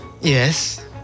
Yes